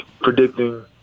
predicting